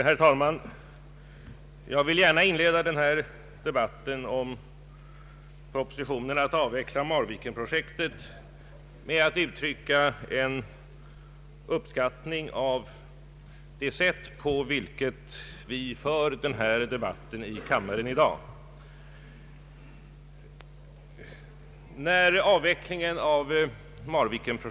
Herr talman! Jag vill gärna inleda denna debatt om avveckling av Marvikenprojektet med att uttrycka min uppskattning av det sätt på vilket debatten förs i denna kammare i dag.